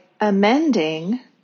amending